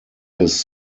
his